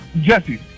Jesse